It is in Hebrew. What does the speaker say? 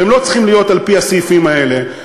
והם לא צריכים להיות על-פי הסעיפים האלה,